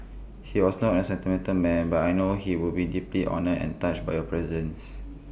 he was not A sentimental man but I know he would be deeply honoured and touched by your presence